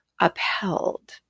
upheld